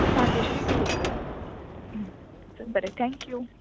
नागेश्री तलेकर चल बरें थँक्यू